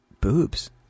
boobs